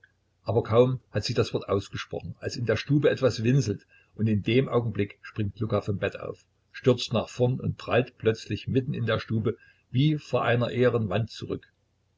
aber kaum hat sie das wort ausgesprochen als in der stube etwas winselt und in dem augenblick springt luka vom bett auf stürzt nach vorne und prallt plötzlich mitten in der stube wie vor einer ehernen wand zurück